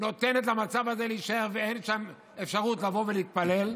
נותנת למצב הזה להישאר ואין אפשרות לבוא ולהתפלל שם.